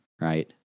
right